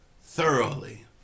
thoroughly